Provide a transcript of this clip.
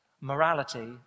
Morality